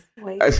Wait